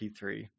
P3